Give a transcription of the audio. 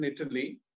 Italy